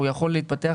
הוא יכול להתפתח,